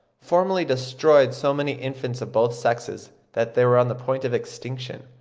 formerly destroyed so many infants of both sexes that they were on the point of extinction.